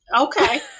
Okay